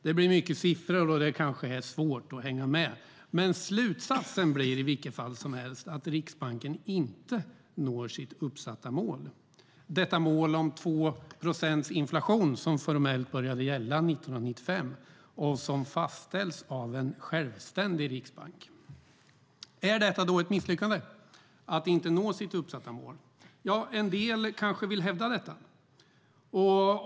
Det blir mycket siffror, och det kanske är svårt att hänga med, men slutsatsen blir i vilket fall som helst att Riksbanken inte når sitt uppsatta mål - detta mål om 2 procents inflation som formellt började gälla 1995 och som fastställs av en självständig riksbank. Är det då ett misslyckande att inte nå sitt uppsatta mål? En del kanske vill hävda detta.